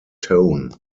tone